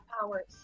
powers